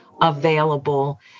available